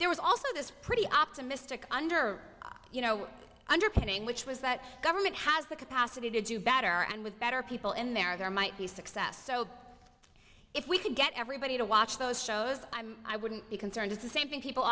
there was also this pretty optimistic under you know underpinning which was that government has the capacity to do better and with better people in there there might be success so if we could get everybody to watch those shows i'm i wouldn't be concerned if the same thing people